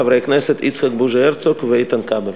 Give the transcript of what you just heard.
חברי הכנסת יצחק בוז'י הרצוג ואיתן כבל.